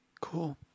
cool